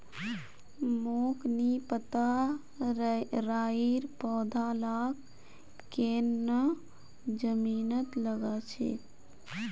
मोक नी पता राइर पौधा लाक केन न जमीनत लगा छेक